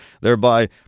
thereby